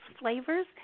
flavors